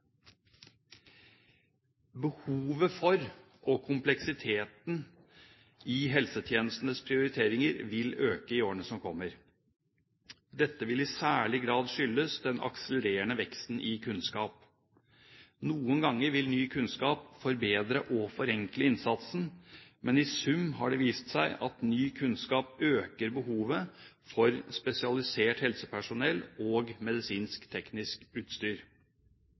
Behovet for og kompleksiteten i helsetjenestens prioriteringer vil øke i årene som kommer. Dette vil i særlig grad skyldes den akselererende veksten i kunnskap. Noen ganger vil ny kunnskap forbedre og forenkle innsatsen, men i sum har det vist seg at ny kunnskap øker behovet for spesialisert helsepersonell og medisinsk-teknisk utstyr.